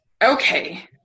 Okay